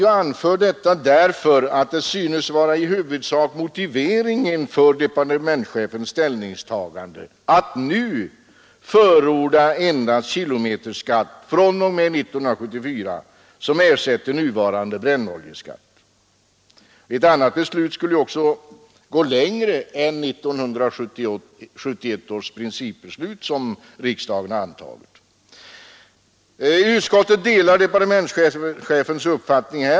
Jag anför detta därför att det synes i huvudsak vara motiveringen för departementschefens ställningstagande att nu förorda endast kilometerskatt fr.o.m. 1974 vilken ersätter den nuvarande brännoljeskatten. Ett annat beslut skulle också gå längre än 1971 års principbeslut som riksdagen har antagit. Utskottet delar här departementschefens uppfattning.